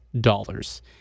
dollars